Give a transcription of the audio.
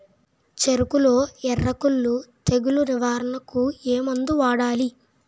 చెఱకులో ఎర్రకుళ్ళు తెగులు నివారణకు ఏ మందు వాడాలి?